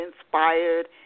inspired